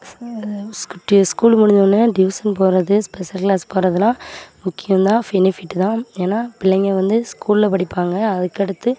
school முடிஞ்சோடனே tuition போறது special class போறதுலாம் முக்கியம் தான் பெனிஃபிட் தான் ஏன்னா பிள்ளைங்க வந்து ஸ்கூல்ல படிப்பாங்க அதுக்கடுத்து